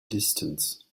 distance